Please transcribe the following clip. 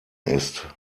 ist